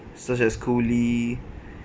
such as coulis